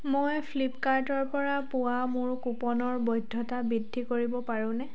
মই ফ্লিপকাৰ্টৰ পৰা পোৱা মোৰ কুপনৰ বৈধতা বৃদ্ধি কৰিব পাৰোঁনে